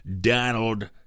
Donald